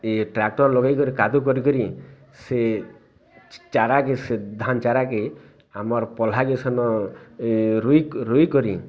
ଇ tractor ଲଗାଇକରି କାଦୋ କରି କରି ସେ ଚାରାକେ ସେ ଧାନ୍ ଚାରାକେ ଆମର୍ ପଲହାକେ ସେନ ରୁଇ କରି